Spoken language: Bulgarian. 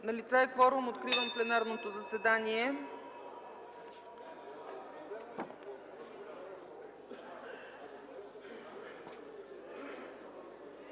Налице е кворум. Откривам пленарното заседание.